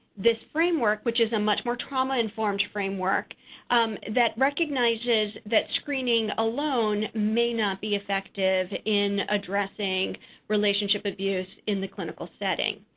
this framework which is a much more trauma-informed framework that recognizes that screening alone may not be effective in addressing relationship abuse in the clinical setting.